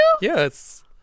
Yes